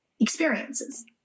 experiences